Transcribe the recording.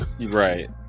right